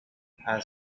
blackened